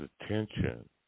attention